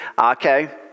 Okay